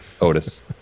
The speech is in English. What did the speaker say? Otis